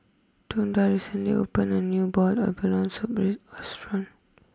Tonda recently opened a new Boiled Abalone Soup restaurant